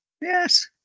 Yes